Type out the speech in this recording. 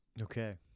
Okay